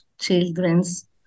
children's